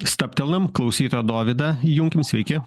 stabtelnam klausytoją dovydą įjunkim sveiki